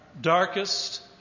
darkest